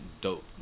dope